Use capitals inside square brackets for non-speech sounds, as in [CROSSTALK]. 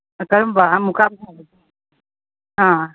ꯀꯔꯝꯕ ꯑꯃꯨꯛ ꯀꯥꯞꯅꯤ [UNINTELLIGIBLE] ꯑꯥ